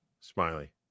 Smiley